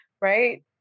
right